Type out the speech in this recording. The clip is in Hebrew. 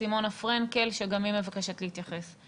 סימונה פרנקל, שגם היא מבקשת להתייחס.